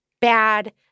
bad